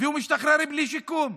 והוא משתחרר בלי שיקום.